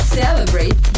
celebrate